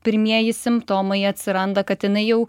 pirmieji simptomai atsiranda kad jinai jau